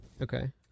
Okay